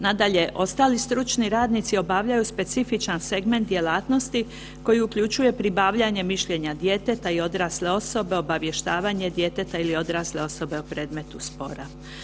Nadalje, ostali stručni radnici obavljaju specifičan segment djelatnosti koji uključuje pribavljanje mišljenja djeteta i odrasle osobe, obavještavanje djeteta ili odrasle osobe u predmetu spora.